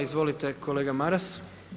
Izvolite kolega Maras.